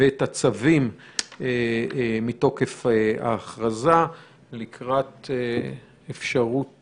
ואת הצווים מתוקף ההכרזה לקראת אפשרות